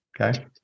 okay